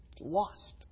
lost